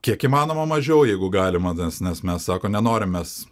kiek įmanoma mažiau jeigu galima nes nes mes sako nenorim mes